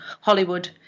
Hollywood